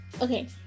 okay